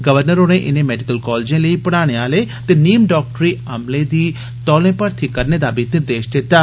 governor होरें इनें medical कालजें लेई पढ़ाने आले ते नीम डाक्टरी अमले दी तौले मर्थी करने दा निर्देश दित्ता